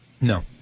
No